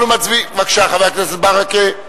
אנחנו מצביעים, בבקשה, חבר הכנסת ברכה.